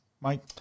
Mike